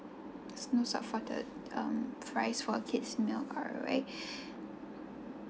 there's no sub for the um fries for kids meal alright